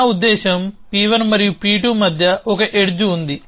నా ఉద్దేశ్యం P1 మరియు P2 మధ్య ఒక ఎడ్జ్ ఉంది